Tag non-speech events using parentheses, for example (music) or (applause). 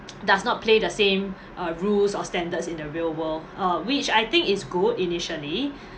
(noise) does not play the same (breath) uh rules or standards in the real world uh which I think is good initially (breath)